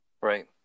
Right